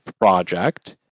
project